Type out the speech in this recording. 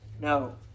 No